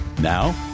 Now